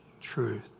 truth